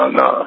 no